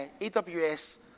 AWS